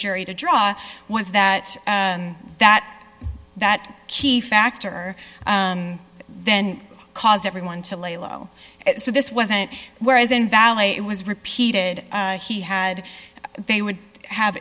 jury to draw was that that that key factor then caused everyone to lay low so this wasn't whereas in valley it was repeated he had they would have